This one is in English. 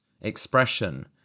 expression